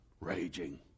raging